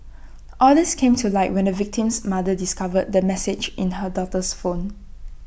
all these came to light when the victim's mother discovered the messages in her daughter's phone